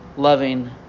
Loving